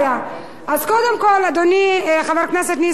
אז קודם כול, אדוני חבר הכנסת נסים זאב,